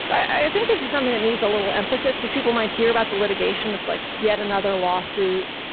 i think this is something that needs a little emphasis because people might here about the litigation that's like, yet another lawsuit.